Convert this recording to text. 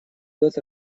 год